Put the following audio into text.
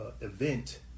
event